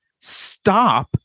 Stop